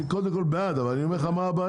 קודם כול, אני בעד, אבל אני אומר לך מה הבעיה.